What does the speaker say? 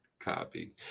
Copy